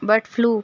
bird flu